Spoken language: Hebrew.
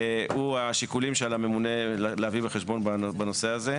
הוא השיקולים שעל הממונה להביא בחשבון בנושא הזה.